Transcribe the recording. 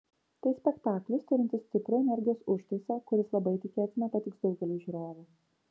tai spektaklis turintis stiprų energijos užtaisą kuris labai tikėtina patiks daugeliui žiūrovų